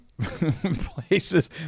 places